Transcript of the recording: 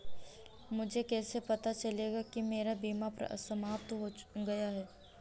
मुझे कैसे पता चलेगा कि मेरा बीमा समाप्त हो गया है?